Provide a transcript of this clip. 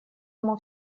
ему